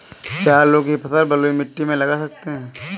क्या आलू की फसल बलुई मिट्टी में लगा सकते हैं?